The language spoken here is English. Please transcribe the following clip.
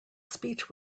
speech